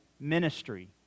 ministry